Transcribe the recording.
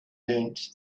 learned